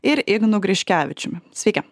ir ignu griškevičiumi sveiki